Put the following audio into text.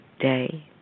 day